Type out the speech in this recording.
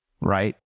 right